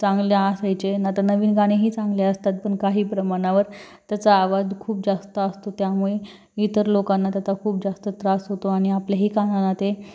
चांगले असायचे नं आता नवीन गाणेही चांगले असतात पण काही प्रमाणावर त्याचा आवाज खूप जास्त असतो त्यामुळे इतर लोकांना त्याचा खूप जास्त त्रास होतो आणि आपल्याही कानाला ते